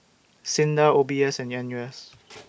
SINDA O B S and N U S